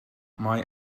mae